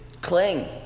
cling